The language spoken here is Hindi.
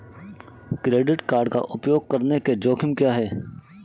क्रेडिट कार्ड का उपयोग करने के जोखिम क्या हैं?